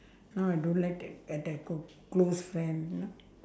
now I don't like that close friend you know